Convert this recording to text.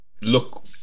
look